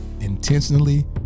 intentionally